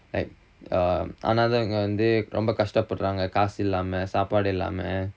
like um அனாதைங்க வந்து ரொம்ப கஸ்டப் படுறாங்க காசு இல்லாம சாப்பாடு இல்லாம:anathainga vanthu romba kastap paduranga kasu illama sappadu illama